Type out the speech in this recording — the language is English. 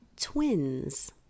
twins